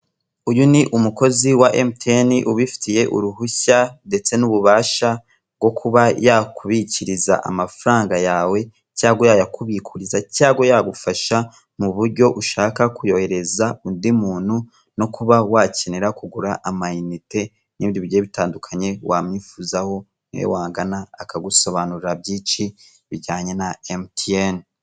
Uyu ni umukozi wa Emutiyeni, ubifitiye uruhushya ndetse n'ububasha, bwo kuba yakubikiriza amafaranga yawe cyangwa yayakubikuriza cyangwa yagufasha mu buryo ushaka kuyohereza undi muntu, no kuba wakenera kugura amayinite, n'ibindi bigiye bitandukanye wamwifuzaho niwe wagana aka gusobanurira byinshi bijyanye na Emutiyeni.